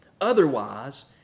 Otherwise